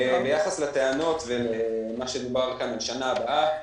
ביחס לטענות ומה שדובר כאן על שנה הבאה,